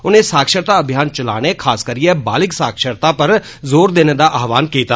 उनें साक्षरता अभियान चलाने खास करिए बालिग साक्षरता पर जोर देने दा आह्वान कीता